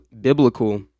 biblical